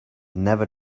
never